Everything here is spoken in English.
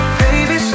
baby